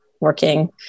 working